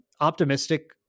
optimistic